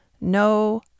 No